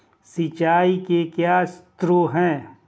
सिंचाई के क्या स्रोत हैं?